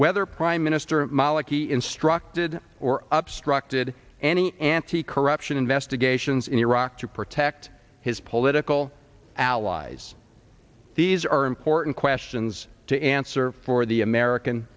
whether prime minister maliki instructed or up structed any anti corruption investigations in iraq to protect his political allies these are important questions to answer for the american